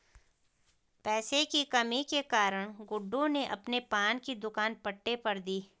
पैसे की कमी के कारण गुड्डू ने अपने पान की दुकान पट्टे पर दी